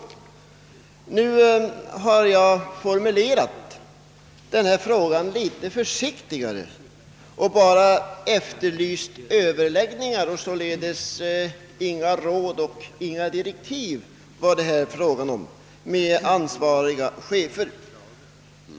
Denna gång har jag formulerat min fråga litet försiktigare och bara efterlyst överläggningar, alltså inga råd eller direktiv till ansvariga chefer i den fråga det här gäller.